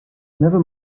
never